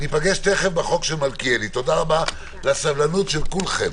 תודה רבה על הסבלנות של כולכם.